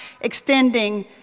extending